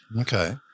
Okay